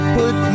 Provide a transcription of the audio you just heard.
put